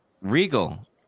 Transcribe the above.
Regal